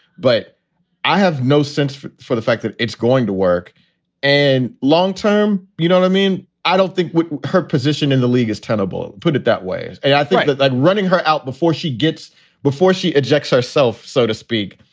but i have no sense for for the fact that it's going to work and long term. you don't i mean, i don't think her position in the league is tenable. put it that way. and i yeah think that that running her out before she gets before she injects herself, so to speak.